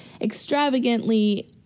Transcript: extravagantly